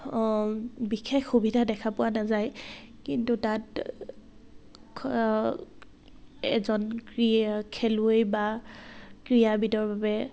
বিশেষ সুবিধা দেখা পোৱা নাযায় কিন্তু তাত এজন ক্ৰীড়া খেলুৱৈ বা ক্ৰীড়াবিদৰ বাবে